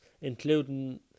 including